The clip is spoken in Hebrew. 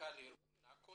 כמנכ"ל ארגון נקוצ'.